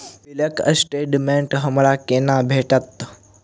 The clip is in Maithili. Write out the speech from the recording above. बिलक स्टेटमेंट हमरा केना भेटत?